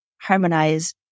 harmonize